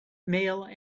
male